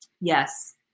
Yes